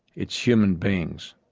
it's human beings.